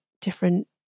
different